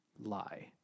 lie